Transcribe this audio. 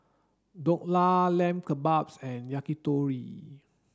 Dhokla Lamb Kebabs and Yakitori